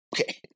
Okay